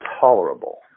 tolerable